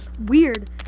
weird